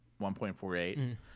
1.48